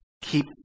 keep